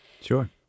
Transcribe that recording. Sure